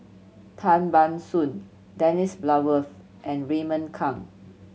Tan Ban Soon Dennis Bloodworth and Raymond Kang